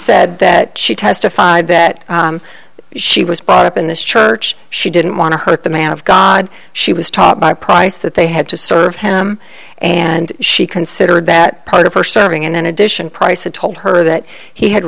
said that she testified that she was brought up in this church she didn't want to hurt the man of god she was taught by price that they had to serve him and she considered that part of her suffering and in addition price had told her that he had